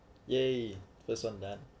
!yay! first on that